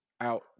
out